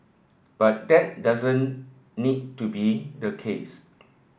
but that doesn't need to be the case